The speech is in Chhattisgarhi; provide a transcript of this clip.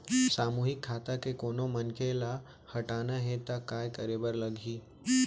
सामूहिक खाता के कोनो मनखे ला हटाना हे ता काय करे बर लागही?